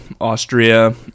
Austria